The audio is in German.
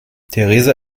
theresa